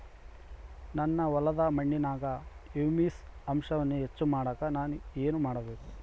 ನನ್ನ ಹೊಲದ ಮಣ್ಣಿನಾಗ ಹ್ಯೂಮಸ್ ಅಂಶವನ್ನ ಹೆಚ್ಚು ಮಾಡಾಕ ನಾನು ಏನು ಮಾಡಬೇಕು?